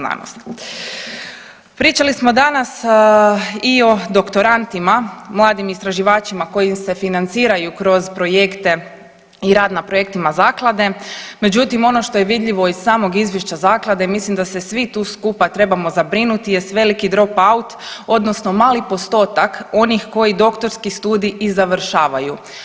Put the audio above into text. Pričali smo danas i o doktorantima, mladim istraživačima kojim se financiraju kroz projekte i rad na projektima zaklade, međutim ono što je vidljivo iz samog izvješća zaklade i mislim da se svi tu skupa trebamo zabrinuti jest veliki dropout odnosno mali postotak onih koji doktorski studij i završavaju.